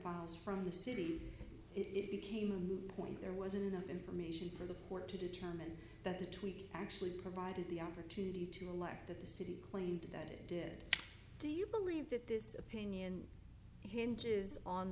files from the city it became a moot point there wasn't enough information for the court to determine that the tweak actually provided the opportunity to elect that the city claimed that it did do you believe that this opinion hinges on